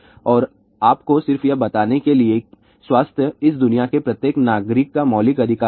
और आपको सिर्फ यह बताने के लिए स्वास्थ्य इस दुनिया के प्रत्येक नागरिक का मौलिक अधिकार है